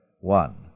One